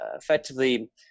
effectively